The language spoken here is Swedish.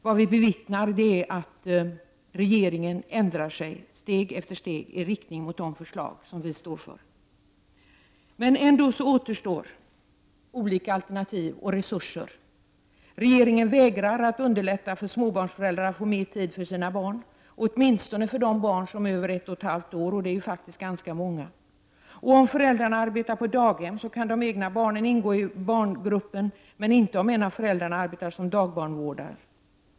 Vad vi bevittnar är att regeringen ändrar sig steg för steg i riktning mot de förslag som vi står för. Ändå återstår olika alternativ och resurser. Regeringen vägrar att underlätta för småbarnsföräldrar att få mer tid för sina barn — åtminstone för de barn som är över ett och ett halvt år, och det är ju faktiskt ganska många. Om föräldrarna arbetar på daghem kan de egna barnen ingå i barngruppen, men inte om en av föräldrarna arbetar som dagbarnvårdare.